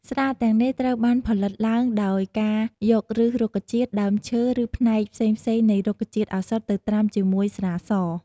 ស្រាទាំងនេះត្រូវបានផលិតឡើងដោយការយកឫស រុក្ខជាតិ ដើមឈើ ឬផ្នែកផ្សេងៗនៃរុក្ខជាតិឱសថទៅត្រាំជាមួយស្រាស។